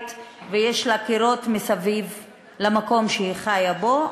ויש לה קירות מסביב למקום שהיא חיה בו?